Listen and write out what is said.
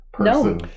No